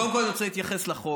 קודם כול, אני רוצה להתייחס לחוק.